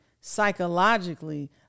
psychologically